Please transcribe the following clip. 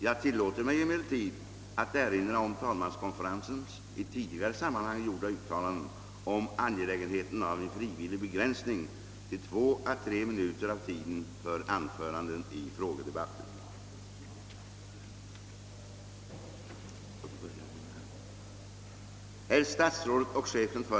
Jag tillåter mig emellertid att erinra om talmanskonferensens i tidigare sammanhang gjorda uttalanden om angelägenheten av en frivillig begränsning till två å tre minuter av tiden för anföranden i frågedebatter.